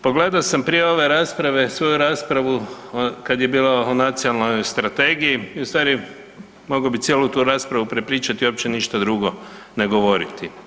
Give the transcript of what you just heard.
Pogledao sam prije ove rasprave svoju raspravu kada je bila o nacionalnoj strategiji i ustvari mogao bih cijelu tu raspravu prepričati, uopće ništa drugo ne govoriti.